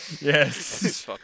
Yes